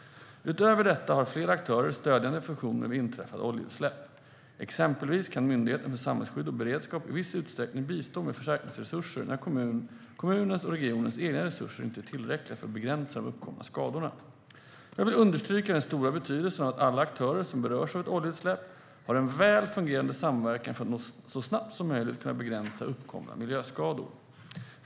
Utöver detta har flera aktörer stödjande funktioner vid inträffade oljeutsläpp. Exempelvis kan Myndigheten för samhällsskydd och beredskap i viss utsträckning bistå med förstärkningsresurser när kommunens och regionens egna resurser inte är tillräckliga för att begränsa de uppkomna skadorna. Jag vill understryka den stora betydelsen av att alla aktörer som berörs av ett oljeutsläpp har en väl fungerande samverkan för att så snabbt som möjligt kunna begränsa uppkomna miljöskador.